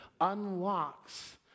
unlocks